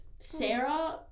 Sarah